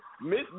Miss